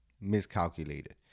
miscalculated